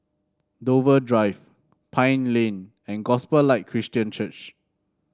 Dover Drive Pine Lane and Gospel Light Christian Church